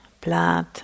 blood